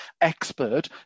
expert